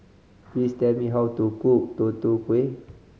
please tell me how to cook Tutu Kueh